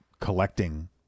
collecting